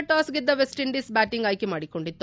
toss ಗೆದ್ದ West Indies batting ಆಯ್ಕೆ ಮಾಡಿಕೊಂಡಿತ್ತು